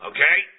Okay